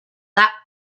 that